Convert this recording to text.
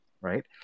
right